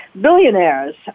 billionaires